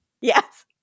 Yes